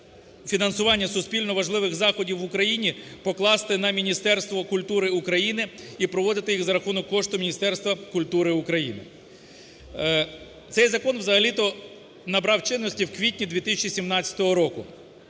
фінансування суспільно важливих заходів в Україні покласти на Міністерство культури України і проводити їх за рахунок коштів Міністерства культури України. Цей закон взагалі-то набрав чинності у квітні 2017 року.